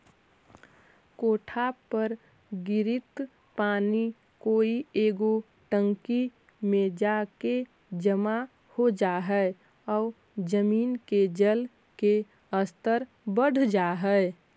कोठा पर गिरित पानी कोई एगो टंकी में जाके जमा हो जाई आउ जमीन के जल के स्तर बढ़ जाई